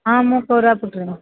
ହଁ ମୁଁ କୋରାପୁଟରେ